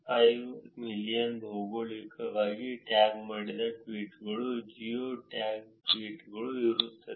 5 million ಭೌಗೋಳಿಕವಾಗಿ tag ಮಾಡಿದ ಟ್ವೀಟ್ಗಳು ಜಿಯೋ ಟ್ಯಾಗ್ ಟ್ವೀಟ್ಗಳು ಇರುತ್ತದೆ